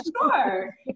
sure